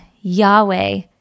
Yahweh